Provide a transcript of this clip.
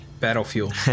Battlefield